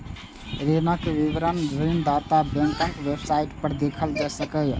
ऋणक विवरण ऋणदाता बैंकक वेबसाइट पर देखल जा सकैए